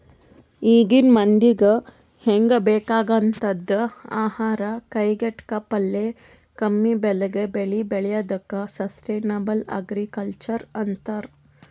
ಈಗಿನ್ ಮಂದಿಗ್ ಹೆಂಗ್ ಬೇಕಾಗಂಥದ್ ಆಹಾರ್ ಕೈಗೆಟಕಪ್ಲೆ ಕಮ್ಮಿಬೆಲೆಗ್ ಬೆಳಿ ಬೆಳ್ಯಾದಕ್ಕ ಸಷ್ಟನೇಬಲ್ ಅಗ್ರಿಕಲ್ಚರ್ ಅಂತರ್